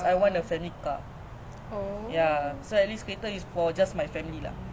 oh